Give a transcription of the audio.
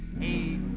Hey